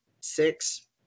six